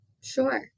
Sure